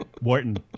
wharton